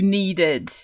needed